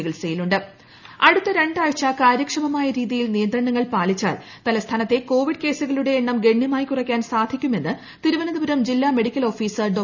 കൃകൃകൃകൃകൃകൃ covid സന്ദേശം intro അടുത്ത രണ്ടാഴ്ച കാര്യക്ഷമമായ രീതിയിൽ നിയന്ത്രണങ്ങൾ പാലിച്ചാൽ തലസ്ഥാനത്തെ കോവിഡ് കേസുകളുടെ എണ്ണം ഗണ്യമായി കുറയ്ക്കാൻ സാധിക്കുമെന്ന് ട്രിരുവനന്തപുരം ജില്ലാ മെഡിക്കൽ ഓഫീസർ ഡോ